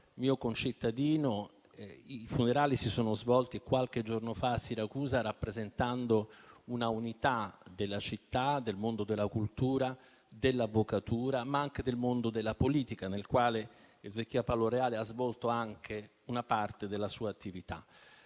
mio concittadino. I funerali si sono svolti qualche giorno fa a Siracusa, rappresentando un'unità della città, del mondo della cultura, dell'avvocatura, ma anche del mondo della politica, nel quale Ezechia Paolo Reale ha svolto anche una parte della sua attività.